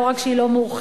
לא רק שהיא לא מאוחדת,